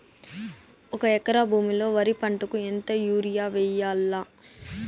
ఒక ఎకరా భూమిలో వరి పంటకు ఎంత యూరియ వేయల్లా?